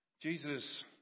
Jesus